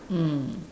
mm